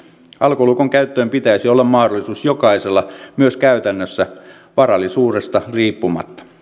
alkolukon käyttöön pitäisi olla mahdollisuus jokaisella myös käytännössä varallisuudesta riippumatta